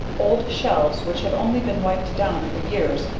old shelves which have only been wiped down for years,